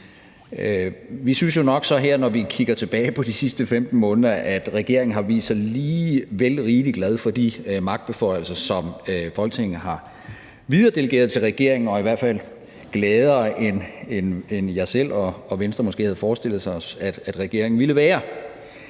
15 måneder, at regeringen har vist sig lige vel rigeligt glad for de magtbeføjelser, som Folketinget har videredelegeret til regeringen, og i hvert fald gladere, end jeg selv og Venstre måske havde forestillet os at regeringen ville være.